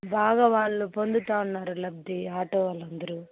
బాగా వాళ్ళు పొందుతు ఉన్నారు లబ్ది ఆటో వాళ్ళందరూ